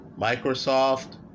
Microsoft